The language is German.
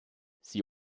sie